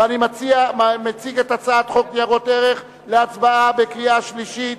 ואני מציג את הצעת חוק ניירות ערך להצבעה בקריאה שלישית.